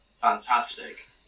Fantastic